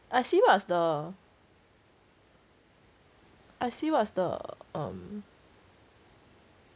I see what is the err I see what is the um